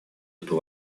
эту